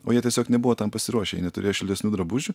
o jie tiesiog nebuvo tam pasiruošę jie neturėjo šiltesnių drabužių